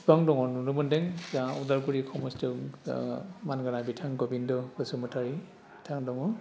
बिसिबां दङ नुनो मोनदों जोंहा उदालगुरि हमस्तिआव मानगोनां बिथां गबिन्द बसुमतारी बिथां दङ